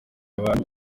abantu